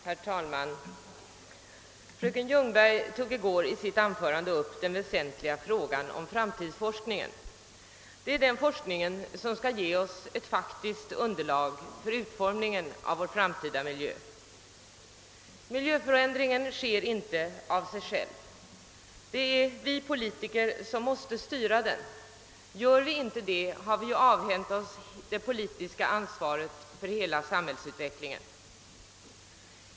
Herr talman! Fröken Ljungberg tog i går i sitt anförande upp den väsentliga frågan om framtidsforskningen. Det är den forskning som skall ge oss ett faktiskt underlag för utformningen av vår framtida miljö. Miljöförändringen sker inte av sig själv. Det är vi politiker som måste styra den. Gör vi inte det har vi avhänt oss det politiska ansvaret för hela samhällsutvecklingen.